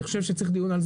אני חושב שצריך דיון.